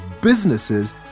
businesses